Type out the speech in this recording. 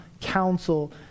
counsel